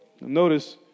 Notice